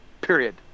Period